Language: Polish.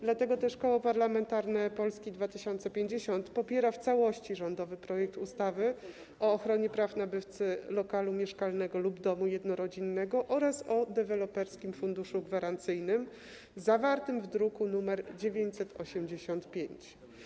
Dlatego też Koło Parlamentarne Polska 2050 popiera w całości rządowy projekt ustawy o ochronie praw nabywcy lokalu mieszkalnego lub domu jednorodzinnego oraz o Deweloperskim Funduszu Gwarancyjnym, zawarty w druku nr 985.